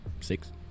six